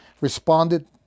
responded